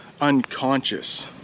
unconscious